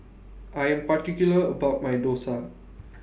I Am particular about My Dosa